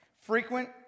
Frequent